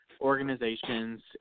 organizations